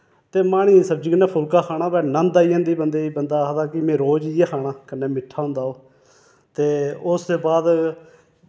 ते माणी दी सब्जी कन्नै फुल्का खाना होऐ नंद आई जंदी बंदे गी बंदा आखदा कि में रोज इ'यै खाना कन्नै मिट्ठा होंदा ओह् ते उस दे बाद